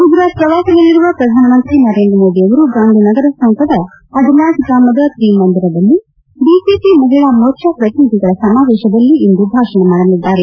ಗುಜರಾತ್ ಪ್ರವಾಸದಲ್ಲಿರುವ ಪ್ರಧಾನಮಂತ್ರಿ ನರೇಂದ್ರ ಮೋದಿ ಅವರು ಗಾಂಧಿನಗರ ಸಮೀಪದ ಅದಲಾಜ್ ಗ್ರಾಮದ ತ್ರಿಮಂದಿರದಲ್ಲಿ ಬಿಜೆಪಿ ಮಹಿಳಾ ಮೋರ್ಚಾ ಪ್ರತಿನಿಧಿಗಳ ಸಮಾವೇಶದಲ್ಲಿ ಇಂದು ಭಾಷಣ ಮಾಡಲಿದ್ದಾರೆ